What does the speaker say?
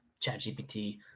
ChatGPT